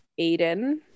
aiden